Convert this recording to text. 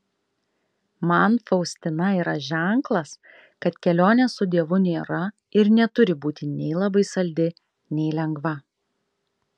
man faustina yra ženklas kad kelionė su dievu nėra ir neturi būti nei labai saldi nei lengva